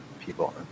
people